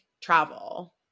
travel